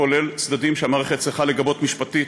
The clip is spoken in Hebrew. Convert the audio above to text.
כולל צעדים שהמערכת צריכה לגבות משפטית.